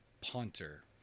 punter